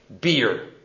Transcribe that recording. beer